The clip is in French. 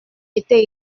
était